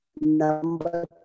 Number